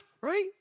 right